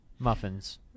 Muffins